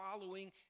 following